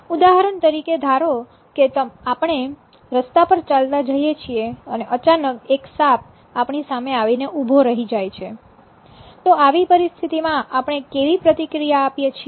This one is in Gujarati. ઉદાહરણ તરીકે ધારો કે આપણે રસ્તા પર ચાલતા જઈએ છીએ અને અચાનક એક સાપ આપણી સામે આવીને ઊભો રહી જાય તો આવી પરિસ્થિતિમાં આપણે કેવી પ્રતિક્રિયા આપીએ છીએ